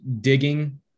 digging